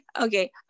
okay